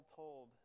told